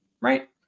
right